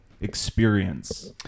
experience